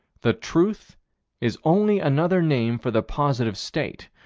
that truth is only another name for the positive state,